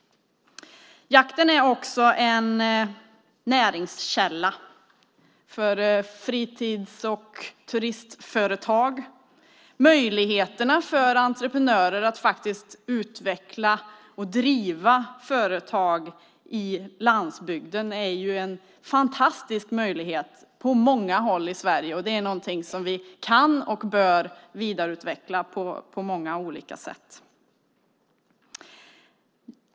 Jakten är också en näringskälla för fritids och turistföretag. Det är en fantastisk möjlighet för entreprenörer att faktiskt utveckla och driva företag i landsbygden på många håll i Sverige. Det är någonting som vi kan och bör vidareutveckla på många olika sätt.